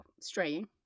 straying